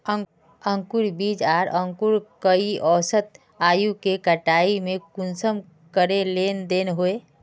अंकूर बीज आर अंकूर कई औसत आयु के कटाई में कुंसम करे लेन देन होए?